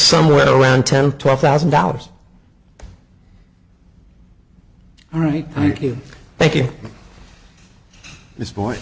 somewhere around ten twelve thousand dollars all right thank you thank you this